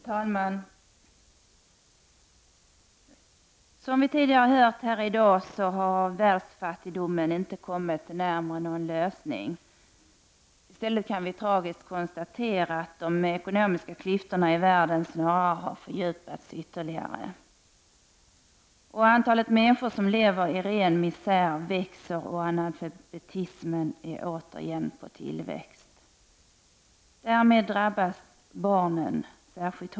Herr talman! Som vi hört tidigare i dag har problemet med världsfattigdomen inte kommit närmare sin lösning. I stället kan vi konstatera det tragiska faktum att de ekonomiska klyftorna i världen snarast har fördjupats ytterligare. Antalet människor som lever i ren misär växer, och analfabetismen är återigen på tillväxt. Särskilt hårt drabbas barnen.